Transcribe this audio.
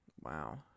wow